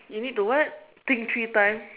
you need to what think three times